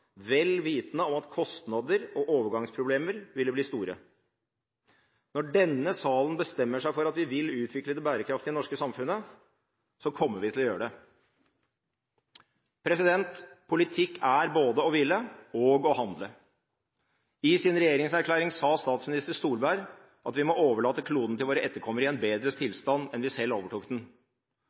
vel vitende om at kostnader og overgangsproblemer ville bli store. Når vi i denne salen bestemmer oss for at vi vil utvikle det bærekraftige norske samfunnet, kommer vi til å gjøre det. Politikk er både å ville og å handle. I sin regjeringserklæring sa statsminister Solberg at vi må overlate kloden til våre etterkommere i en bedre tilstand enn da vi overtok den.